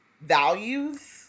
values